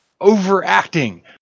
overacting